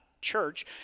church